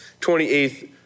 28th